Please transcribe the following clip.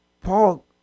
paul